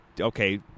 okay